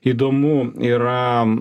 įdomu yra